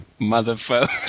motherfucker